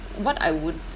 what I would